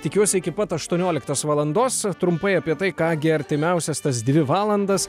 tikiuosi iki pat aštuonioliktos valandos trumpai apie tai ką gi artimiausias tas dvi valandas